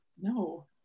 No